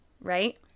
right